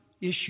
issue